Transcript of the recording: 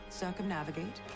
circumnavigate